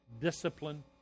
discipline